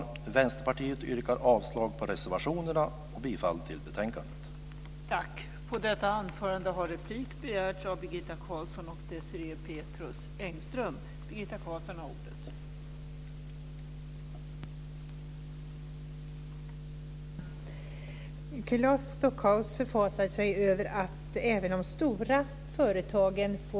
Vi i Vänsterpartiet yrkar avslag på reservationerna och bifall till hemställan i betänkandet.